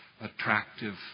attractive